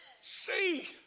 See